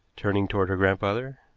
turning toward her grandfather.